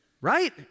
Right